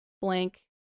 blank